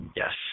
yes